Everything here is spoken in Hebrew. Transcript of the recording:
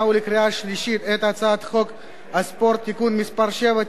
ולקריאה שלישית את הצעת חוק הספורט (תיקון מס' 7)